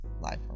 life